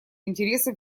интересам